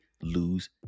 lose